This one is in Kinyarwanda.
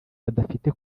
badafite